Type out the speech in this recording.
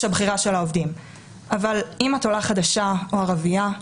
הבחירה של העובדים אבל אם את עולה חדשה או ערבייה,